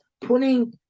putting